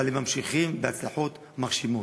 אבל הם ממשיכים בהצלחות מרשימות.